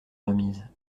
remise